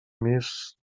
més